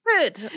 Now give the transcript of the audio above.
good